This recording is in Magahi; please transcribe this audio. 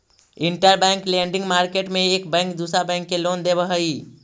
इंटरबैंक लेंडिंग मार्केट में एक बैंक दूसरा बैंक के लोन देवऽ हई